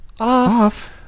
off